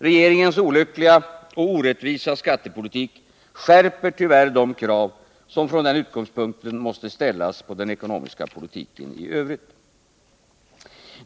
Regeringens olyckliga och orättvisa skattepolitik skärper tyvärr de krav som från den utgångspunkten måste ställas på den ekonomiska politiken i övrigt.